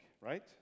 right